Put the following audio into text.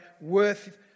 worth